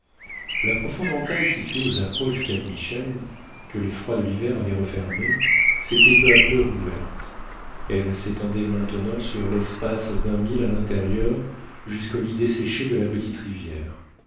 la profonde entaille située aux approches du cap michel que les froids de l'hiver avaient refermée s'était peu à peu rouverte elle s'étendait maintenant sur l'espace d'un mille à l'intérieur jusqu'au lit desséché de la petite rivière